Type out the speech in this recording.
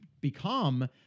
become